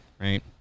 right